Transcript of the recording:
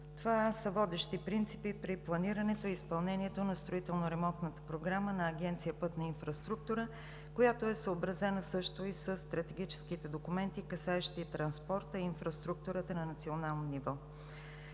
Това са водещи принципи при планирането и изпълнението на строително-ремонтната програма на Агенция „Пътна инфраструктура“, която е съобразена също и със стратегическите документи, касаещи транспорта, инфраструктурата на национално ниво.